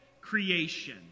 creation